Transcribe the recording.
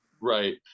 right